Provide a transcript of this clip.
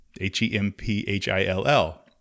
H-E-M-P-H-I-L-L